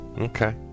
okay